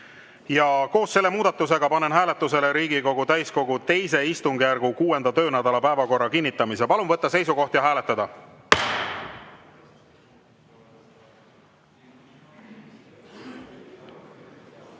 Koos selle muudatusega panen hääletusele Riigikogu täiskogu II istungjärgu 6. töönädala päevakorra kinnitamise. Palun võtta seisukoht ja hääletada!